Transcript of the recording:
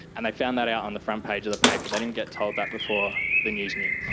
and they found that out on the front page of the paper, they didn't get told that before the news knew.